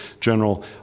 General